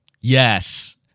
Yes